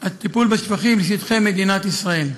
הטיפול בשפכים לשטחי מדינת ישראל.